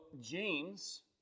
James